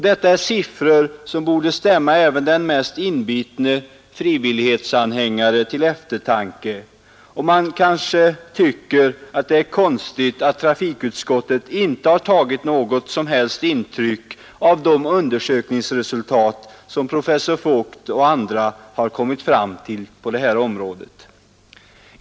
Detta är siffror som borde stämma även den mest inbitne frivillighetsanhängare till eftertanke, och man tycker kanske att det är konstigt att trafikutskottet inte har tagit något som helst intryck av de undersökningsresultat som professor Voigt och andra har kommit fram till på det här området.